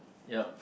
yup